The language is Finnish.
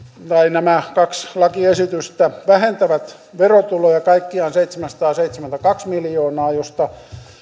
nämä kaksi lakiesitystä vähentävät verotuloja kaikkiaan seitsemänsataaseitsemänkymmentäkaksi miljoonaa joista